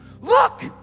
Look